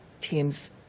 teams